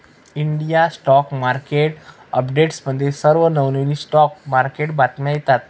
India stock market अपडेट्समध्ये सर्व नवनवीन स्टॉक मार्केट बातम्या येतात